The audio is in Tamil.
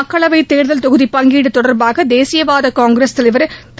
மக்களவைத் தேர்தல் தொகுதிப் பங்கீடு தொடர்பாக தேசியவாத காங்கிரஸ் தலைவர் திரு